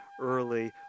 early